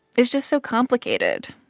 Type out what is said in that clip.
it's just so complicated.